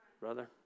brother